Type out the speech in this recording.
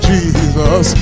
Jesus